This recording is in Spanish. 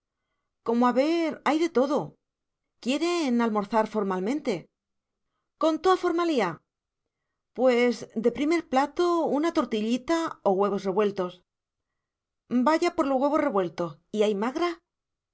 escogiendo como haber hay de todo quieren almorzar formalmente con toa formaliá pues de primer plato una tortillita o huevos revueltos vaya por los huevos revueltos y hay magras